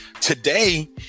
today